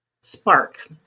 spark